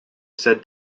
said